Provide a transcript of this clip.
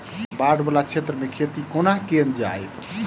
बाढ़ वला क्षेत्र मे खेती कोना कैल जाय?